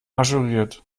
ajouriert